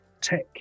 tech